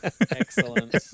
Excellent